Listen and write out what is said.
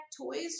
toys